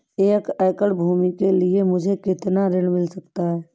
एक एकड़ भूमि के लिए मुझे कितना ऋण मिल सकता है?